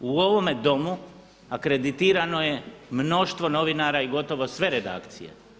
U ovome Domu akreditirano je mnoštvo novinara i gotovo sve redakcije.